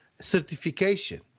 certification